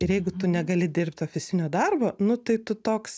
ir jeigu tu negali dirbt ofisinio darbo nu tai tu toks